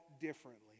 differently